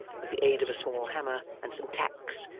with the aid of a small hammer and some tacks,